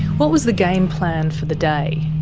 what was the game plan for the day?